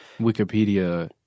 Wikipedia